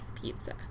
pizza